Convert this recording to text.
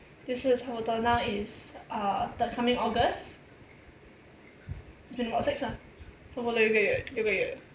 就是差不多 now is uh the coming august it's been about six ah 差不多六个月六个月